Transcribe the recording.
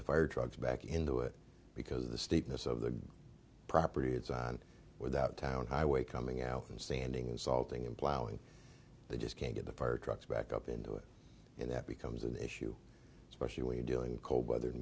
the fire trucks back into it because of the steepness of the property it's on without town highway coming out and standing and salting and plowing they just can't get the fire trucks back up into it and that becomes an issue especially when you're doing cold weather and